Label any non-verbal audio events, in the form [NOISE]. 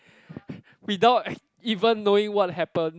[BREATH] without even knowing what happened